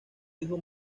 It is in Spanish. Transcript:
hijo